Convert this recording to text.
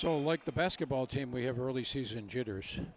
so like the basketball team we have her early season jitters